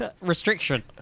restriction